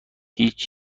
هیچ